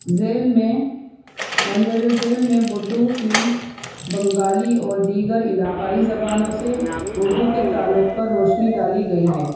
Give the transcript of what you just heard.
ذیل میں مندرجہ ذیل میں بوڑو کی بنگالی اور دیگر علاقائی زبانوں سے اردو کے تعلق پر روشنی ڈالی گئی ہے